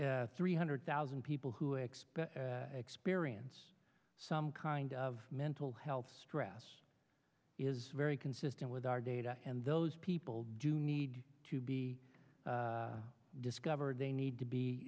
theater three hundred thousand people who express experience some kind of mental health stress is very consistent with our data and those people do need to be discovered they need to be